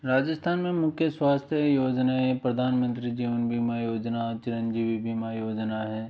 राजस्थान में मुख्य स्वास्थ्य योजनाएँ प्रधानमंत्री जीवन बीमा योजना चिरंजीवी बीमा योजना है